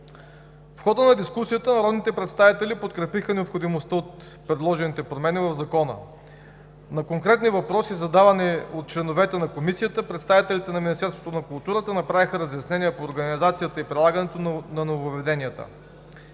В хода на дискусията народните представители подкрепиха необходимостта от предложените промени в Закона. На конкретни въпроси, зададени от членовете на Комисията, представителите на Министерството на културата направиха разяснения по организацията и прилагането на нововъведенията.